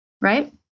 Right